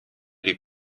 les